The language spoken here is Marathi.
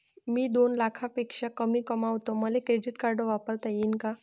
मी दोन लाखापेक्षा कमी कमावतो, मले क्रेडिट कार्ड वापरता येईन का?